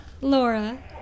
Laura